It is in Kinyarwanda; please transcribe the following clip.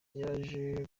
yaje